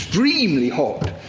extremely hot,